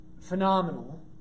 Phenomenal